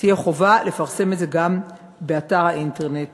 תהיה חובה גם לפרסם את זה באתר האינטרנט